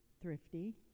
Thrifty